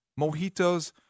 mojitos